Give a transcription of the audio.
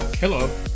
Hello